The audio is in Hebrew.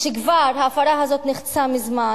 שקו ההפרה הזאת נחצה מזמן.